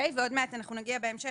בהמשך